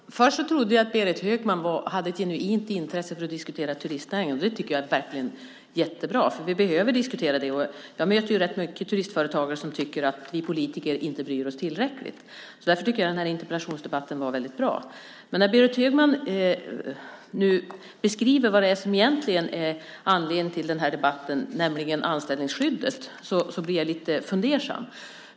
Herr talman! Först trodde jag att Berit Högman hade ett genuint intresse för att diskutera turistnäringen. Och det tycker jag verkligen är jättebra eftersom vi behöver diskutera den. Jag möter rätt mycket turistföretagare som tycker att vi politiker inte bryr oss tillräckligt. Därför tycker jag att det är bra att vi har den här interpellationsdebatten. Men när Berit Högman nu beskriver vad som egentligen är anledningen till den här debatten, nämligen anställningsskyddet, så blir jag lite fundersam.